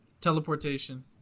Teleportation